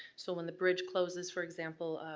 so when the bridge closes, for example,